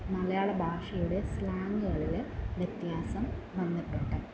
മലയാള ഭാഷയുടെ സ്ലാങ്ങുകളിൽ വ്യത്യാസം വന്നിട്ടുണ്ട്